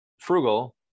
frugal